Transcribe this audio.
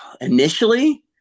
initially